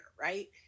right